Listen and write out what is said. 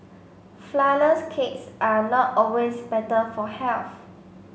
flourless cakes are not always better for health